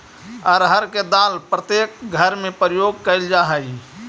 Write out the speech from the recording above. अरहर के दाल प्रत्येक घर में प्रयोग कैल जा हइ